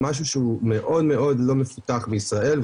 משהו שהוא מאוד מאוד לא מפותח בישראל,